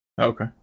Okay